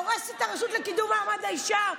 הורסת את הרשות לקידום מעמד האישה?